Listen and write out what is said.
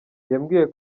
yambwiye